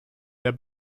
der